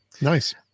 nice